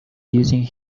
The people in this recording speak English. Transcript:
using